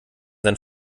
sein